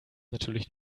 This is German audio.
natürlich